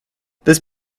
this